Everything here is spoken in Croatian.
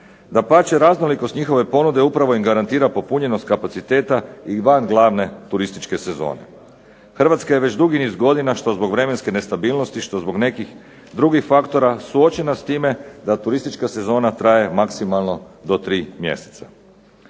Dapače, raznolikost njihove ponude upravo im garantira popunjenost kapaciteta i van glavne turističke sezone. Hrvatska je već dugi niz godina, što zbog vremenske nestabilnosti, što zbog nekih drugih faktora suočena s time da turistička sezona traje maksimalno do 3 mjeseca.